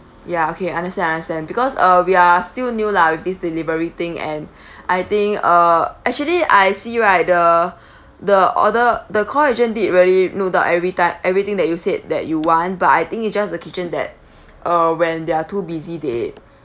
ya okay understand understand because uh we are still new lah with this delivery thing and I think uh actually I see right the the order the call agent did really note down every time everything that you said that you want but I think it's just the kitchen that uh when they are too busy they